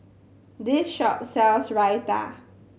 this shop sells Raita